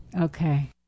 Okay